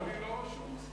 אני לא רשום?